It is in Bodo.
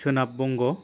सोनाब बंग'